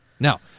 Now